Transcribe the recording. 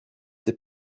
sais